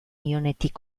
nionetik